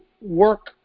work